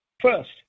First